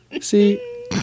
see